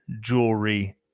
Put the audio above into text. jewelry